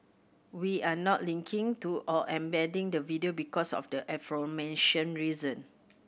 we're not linking to or embedding the video because of the aforementioned reason